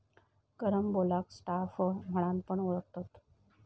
कॅरम्बोलाक स्टार फळ म्हणान पण ओळखतत